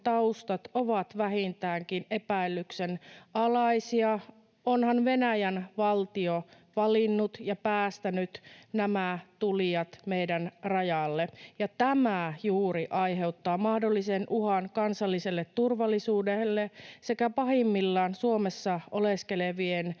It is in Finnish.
ovat vähintäänkin epäilyksenalaisia, onhan Venäjän valtio valinnut ja päästänyt nämä tulijat meidän rajalle, ja tämä juuri aiheuttaa mahdollisen uhan kansalliselle turvallisuudelle sekä pahimmillaan Suomessa oleskelevien